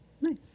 nice